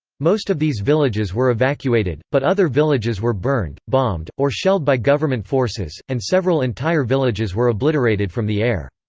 most of these villages were evacuated, but other villages were burned, bombed, or shelled by government forces, and several entire villages were obliterated from the air.